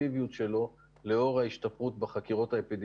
אלה הנתונים שמשרד הבריאות מעביר לאנשים